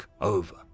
over